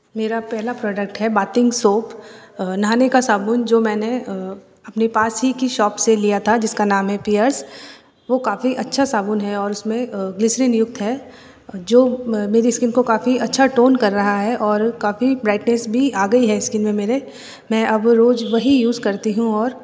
मेरा पहला प्रॉडक्ट है बेदिंग सोप नहाने का साबुन जो मैंने अपने पास ही की शॉप से लिया था जिसका नाम है पीअर्स वो काफ़ी अच्छा साबुन है और उसमें ग्लिसरीन युक्त है जो म मेरी स्किन को काफ़ी अच्छा टोन कर रहा है और काफ़ी ब्राइटनेस भी आ गई है स्किन में मेरे मैं अब रोज़ वही यूज़ करती हूँ और